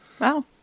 Wow